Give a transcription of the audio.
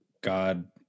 God